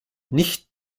nicht